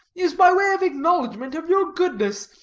is by way of acknowledgment of your goodness.